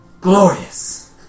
glorious